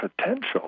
potential